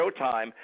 Showtime